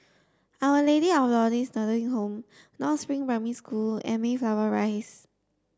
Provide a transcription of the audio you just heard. our Lady of Lourdes Nursing Home North Spring Primary School and Mayflower Rise